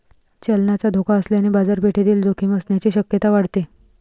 चलनाचा धोका असल्याने बाजारपेठेतील जोखीम असण्याची शक्यता वाढते